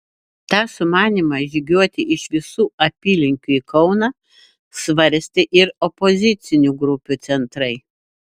tą sumanymą žygiuoti iš visų apylinkių į kauną svarstė ir opozicinių grupių centrai